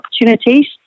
opportunities